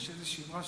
אדוני היושב-ראש,